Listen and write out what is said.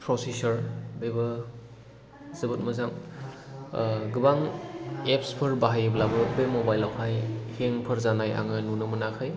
प्रसेस'र बेबो जोबोद मोजां गोबां एप्स फोर बाहायोब्लाबो बे मबाइल आवहाय हें फोर जानाय आङो नुनो मोनाखै